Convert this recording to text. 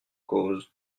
cause